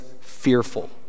fearful